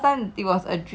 like maybe